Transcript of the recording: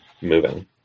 moving